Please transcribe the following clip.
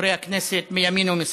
חברי הכנסת מימין ומשמאל: